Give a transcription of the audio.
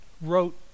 wrote